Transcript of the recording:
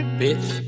bitch